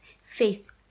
Faith